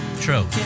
True